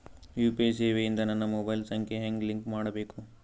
UPI ಸೇವೆ ಇಂದ ನನ್ನ ಮೊಬೈಲ್ ಸಂಖ್ಯೆ ಹೆಂಗ್ ಲಿಂಕ್ ಮಾಡಬೇಕು?